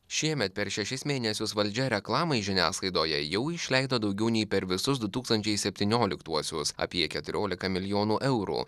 šiemet per šešis mėnesius valdžia reklamai žiniasklaidoje jau išleido daugiau nei per visus du tūkstančiai septynioliktuosius apie keturiolika milijonų eurų